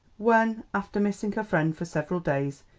when, after missing her friend for several days,